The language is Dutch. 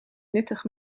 nuttig